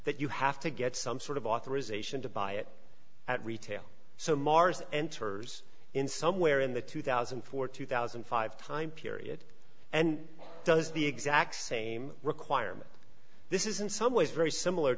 that you have to get some sort of authorization to buy it at retail so mars enters in somewhere in the twenty million forty two thousand and five time period and does the exact same requirement this isn't some ways very similar